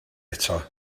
eto